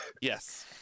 yes